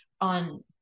On